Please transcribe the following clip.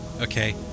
okay